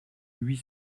huit